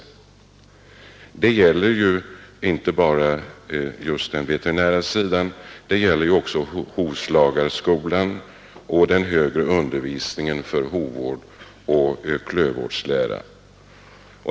Det gäller inte bara den veterinära sidan, det gäller också hovslagarskolan och den högre undervisningen i hovvårdsoch klövvårdslära.